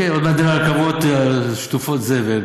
עוד מעט נראה רכבות שטופות זבל,